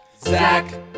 Zach